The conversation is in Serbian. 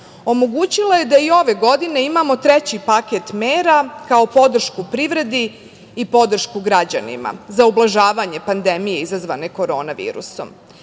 omogućila je da i ove godine imamo treći paket mera kao podršku privredi i podršku građanima za ublažavanje pandemije izazvane korona virusom. Dva